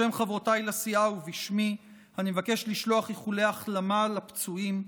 בשם חברותיי לסיעה ובשמי אני מבקש לשלוח איחולי החלמה לפצועים.